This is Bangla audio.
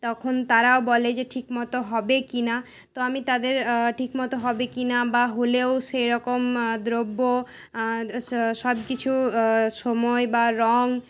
তখন তারাও বলে যে ঠিক মতো হবে কিনা তো আমি তাদের ঠিক মতো হবে কি না বা হলেও সেরকম দ্রব্য সবকিছু সময় বা রং